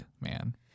man